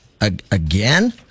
again